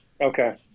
Okay